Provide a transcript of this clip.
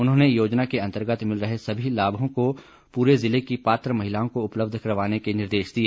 उन्होंने योजना के अंतर्गत मिल रहे सभी लाभों को पूरे जिले की पात्र महिलाओं को उपलब्ध करवाने के निर्देश दिए